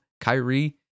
Kyrie